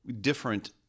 different